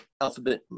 alphabet